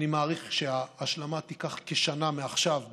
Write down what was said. אני מעריך שההשלמה תיקח כשנה מעכשיו,